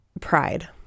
pride